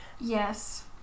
Yes